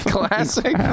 Classic